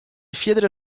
fierdere